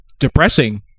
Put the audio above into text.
depressing